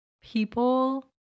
people